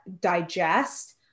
digest